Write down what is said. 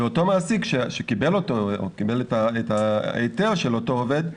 ואותו מעסיק שקיבל את ההיתר של אותו עובד,